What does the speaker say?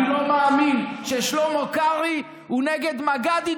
אני לא מאמין ששלמה קרעי הוא נגד מג"דית